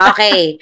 Okay